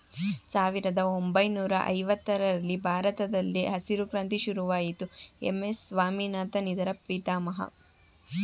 ಸಾವಿರದ ಒಂಬೈನೂರ ಐವತ್ತರರಲ್ಲಿ ಭಾರತದಲ್ಲಿ ಹಸಿರು ಕ್ರಾಂತಿ ಶುರುವಾಯಿತು ಎಂ.ಎಸ್ ಸ್ವಾಮಿನಾಥನ್ ಇದರ ಪಿತಾಮಹ